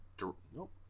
Nope